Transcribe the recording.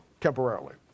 Temporarily